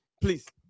please